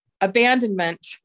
abandonment